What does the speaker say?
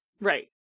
Right